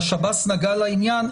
והשב"ס נגע לעניין,